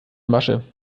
masche